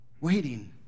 waiting